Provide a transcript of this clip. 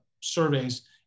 surveys